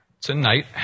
Tonight